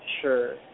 Sure